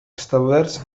establerts